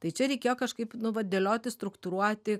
tai čia reikėjo kažkaip nu vat dėlioti struktūruoti